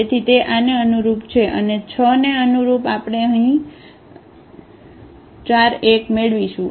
તેથી તે આને અનુરૂપ છે અને 6 ને અનુરૂપ આપણે અહીં 4 1 મેળવીશું